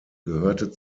gehörte